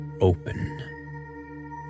Open